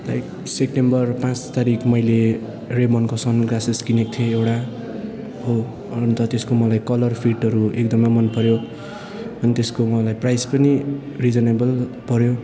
तारिक सेप्टेम्बर पाँच तारिक मैले रेमोन्डको सन ग्लासेस किनेको थिएँ एउटा हो अन्त त्यसको मलाई कलर फिटहरू एकदमै मनपऱ्यो अनि त्यसको मलाई प्राइस पनि रिजनेबल पऱ्यो